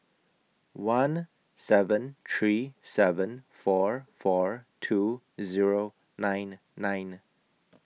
one seven three seven four four two Zero nine nine